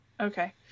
Okay